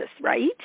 right